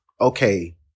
okay